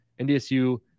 NDSU